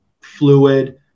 fluid